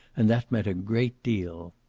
and that meant a great deal.